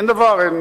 אין דבר.